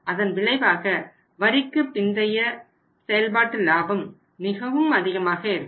அதன் விளைவாக வரிக்குப் பிந்தைய செயல்பாட்டு லாபம் மிகவும் அதிகமாக இருக்கும்